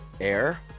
air